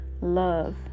love